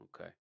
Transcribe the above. Okay